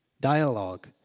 dialogue